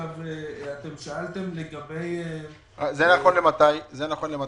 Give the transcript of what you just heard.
למתי זה נכון?